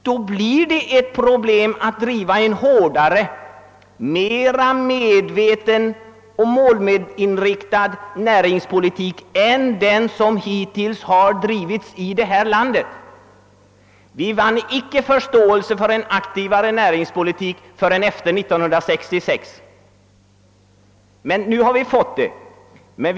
Då blir det ett problem att driva en hårdare, mera medveten och målinriktad näringspolitik än den som hittills har drivits i detta land. Vi vann icke förståelse för en aktivare näringspolitik förrän efter år 1966, men nu har vi fått en sådan.